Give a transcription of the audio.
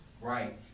Right